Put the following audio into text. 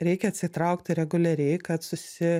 reikia atsitraukti reguliariai kad susi